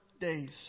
days